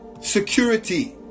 security